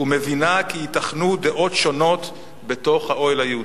ומבינה כי ייתכנו דעות שונות בתוך האוהל היהודי.